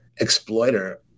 exploiter